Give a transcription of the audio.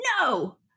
no